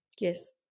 Yes